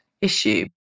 issue